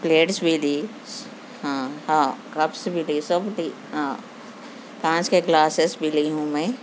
plates بھی لی ہاں ہاں کپس بھی لی سب لی ہاں کانچ کے گلاسیس بھی لی ہوں میں